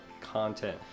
content